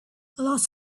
lots